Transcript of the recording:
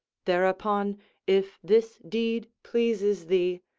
thereupon if this deed pleases thee,